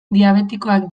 diabetikoak